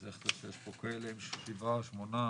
אז איך זה שיש פה כאלה עם שישה, שבעה, שמונה?